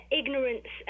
ignorance